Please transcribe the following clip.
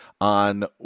on